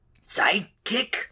Sidekick